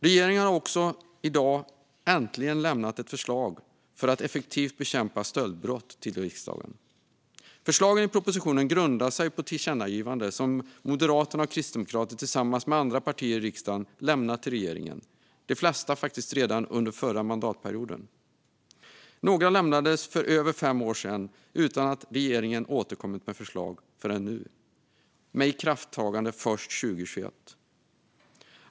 Regeringen har i dag äntligen lämnat en proposition till riksdagen om att effektivare bekämpa stöldbrott. Förslagen i propositionen grundar sig på tillkännagivanden som Moderaterna och Kristdemokraterna tillsammans med andra partier i riksdagen lämnat till regeringen, varav de flesta redan under förra mandatperioden. Några av tillkännagivandena lämnades för över fem år sedan, och regeringen har inte återkommit med förslag förrän nu, med ikraftträdande först 2021.